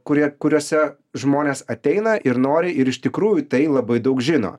kurie kuriuose žmonės ateina ir nori ir iš tikrųjų tai labai daug žino